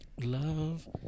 Love